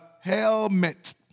helmet